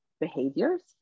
behaviors